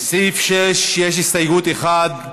לסעיף 6 יש הסתייגות אחת.